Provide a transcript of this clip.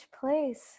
place